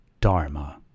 Dharma